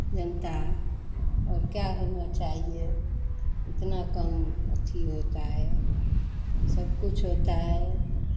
जनता और क्या होना चाहिए इतना कम अथी होता है सब कुछ होता है